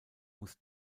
muss